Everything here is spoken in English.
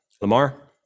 Lamar